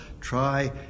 try